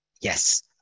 Yes